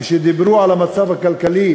כשדיברו על המצב הכלכלי